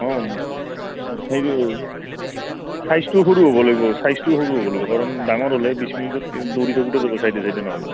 অঁ চাইজটো সৰু হ'ব লাগিব চাইজটো সৰু হ'ব লাগিব কাৰণ ডাঙৰ হ'লে বিছ মিনটত দৌৰি থাকোতে যাব চাইডে চাইডে নহ'লে